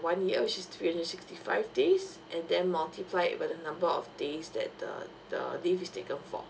one year which is three hundred sixty five days and then multiply it by the number of days that the the leave is taken for